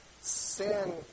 Sin